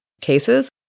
cases